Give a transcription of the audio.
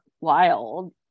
wild